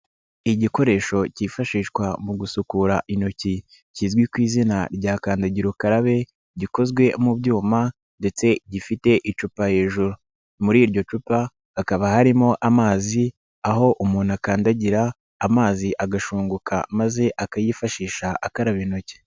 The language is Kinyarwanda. Igikoresho kifashishwa mu gusukura intoki kizwi ku izina rya kandagira ukararabe, gikozwe mu byuma ndetse gifite icupa hejuru. Muri iryo cupa, hakaba harimo amazi aho umuntu akandagira, amazi agashunguka maze akayifashisha akaba intoki.